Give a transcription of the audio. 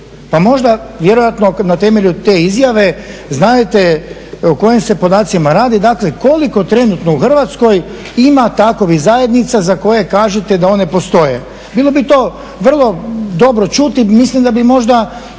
Pa možda, vjerojatno na temelju te izjave znadete o kojim se podacima radi, dakle koliko trenutno u Hrvatskoj ima takvih zajednica za koje kažete da one postoje. Bilo bi to vrlo dobro čuti, mislim da bi možda